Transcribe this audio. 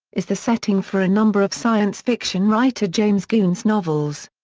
is the setting for a number of science fiction writer james gunn's novels.